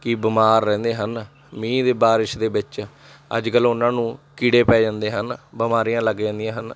ਕਿ ਬਿਮਾਰ ਰਹਿੰਦੇ ਹਨ ਮੀਂਹ ਦੇ ਬਾਰਿਸ਼ ਦੇ ਵਿੱਚ ਅੱਜ ਕੱਲ੍ਹ ਉਹਨਾਂ ਨੂੰ ਕੀੜੇ ਪੈ ਜਾਂਦੇ ਹਨ ਬਿਮਾਰੀਆਂ ਲੱਗ ਜਾਂਦੀਆਂ ਹਨ